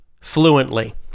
fluently